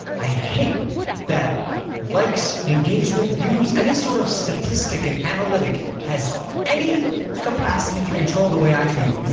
i hate that likes, engagement, views, any sort of statistic and analytic has any capacity to control the way i feel.